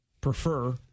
prefer